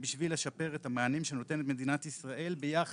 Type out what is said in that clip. בשביל לשפר את המענים שנותנת מדינת ישראל ביחד.